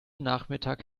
nachmittag